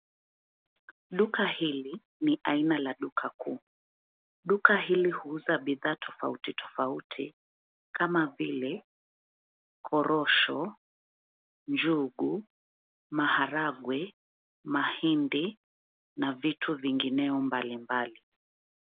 Duka hili ni aina la duka kuu. Duka hili huuza bidhaa tofauti tofauti kama vile korosho, njugu, maharagwe, mahindi na vitu vingineyo mbalimbali.